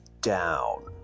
down